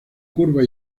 curva